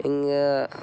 ఇంకా